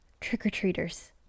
trick-or-treaters